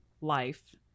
life